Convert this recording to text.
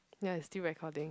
ya it's still recording